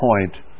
point